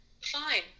fine